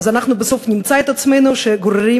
ואז אנחנו בסוף נמצא את עצמנו שגוררים